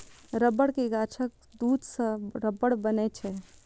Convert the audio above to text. रबड़ के गाछक दूध सं रबड़ बनै छै